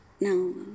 No